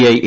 I A